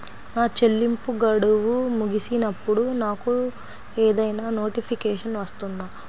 నా చెల్లింపు గడువు ముగిసినప్పుడు నాకు ఏదైనా నోటిఫికేషన్ వస్తుందా?